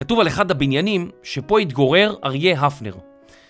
כתוב על אחד הבניינים שפה התגורר אריה הפנר